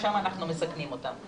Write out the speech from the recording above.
ושם אנחנו מסכנים אותם.